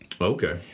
Okay